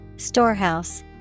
Storehouse